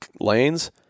lanes